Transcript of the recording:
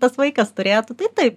tas vaikas turėtų tai taip